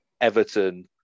Everton